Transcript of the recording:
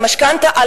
על משכנתה,